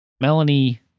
Melanie